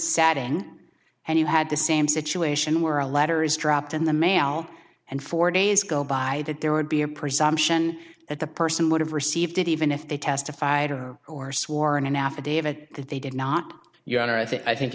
saturday and you had the same situation where a letter is dropped in the mail and four days go by that there would be a presumption that the person would have received it even if they testified or sworn affidavit that they did not your honor i think i think